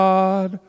God